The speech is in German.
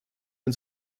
ein